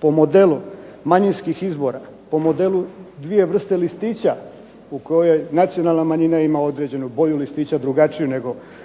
po modelu manjinskih izbora, po modelu dvije vrste listića u kojoj nacionalna manjina ima određenu boju listića drugačiju nego otvorene